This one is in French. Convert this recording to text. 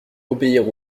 obéir